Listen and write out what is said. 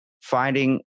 finding